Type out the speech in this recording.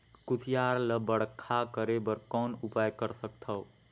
कुसियार ल बड़खा करे बर कौन उपाय कर सकथव?